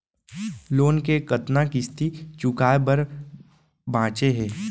Loan के कतना किस्ती चुकाए बर बांचे हे?